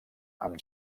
amb